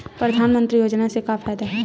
परधानमंतरी योजना से का फ़ायदा हे?